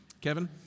Kevin